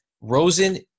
Rosen